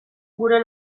gure